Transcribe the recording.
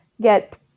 get